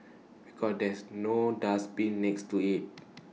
because there's no dustbin next to IT